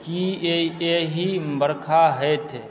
की एहि बरखा होयत